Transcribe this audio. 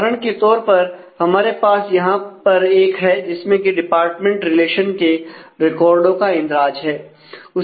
उदाहरण के तौर पर हमारे पास यहां पर एक है जिसमें की डिपार्टमेंट रिलेशन के रिकार्डो का इंद्राज है